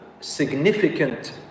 significant